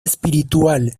espiritual